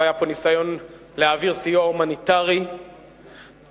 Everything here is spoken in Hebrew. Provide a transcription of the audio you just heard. לא היה פה ניסיון להעביר סיוע הומניטרי לרצועת-עזה,